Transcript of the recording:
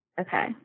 Okay